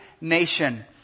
nation